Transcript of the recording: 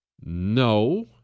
No